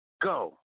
go